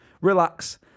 relax